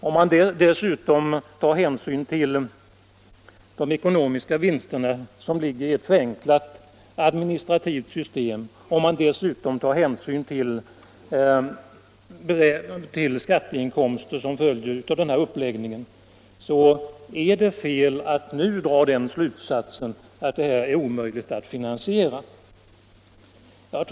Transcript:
Om man dessutom tar hänsyn till de ekonomiska vinster som ligger i ett administrativt förenklat system och till de skatteinkomster som följer med denna uppläggning är det fel att nu dra den slutsatsen att denna reform är omöjlig att finansiera.